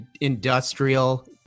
industrial